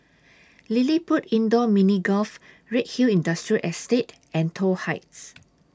LilliPutt Indoor Mini Golf Redhill Industrial Estate and Toh Heights